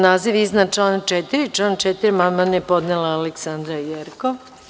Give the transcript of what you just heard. Na naziv iznad člana 4. i član 4. amandman je podnela Aleksandra Jerkov.